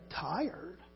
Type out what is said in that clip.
tired